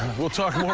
we'll talk.